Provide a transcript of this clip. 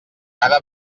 cada